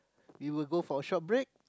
we will go for a short break